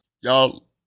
y'all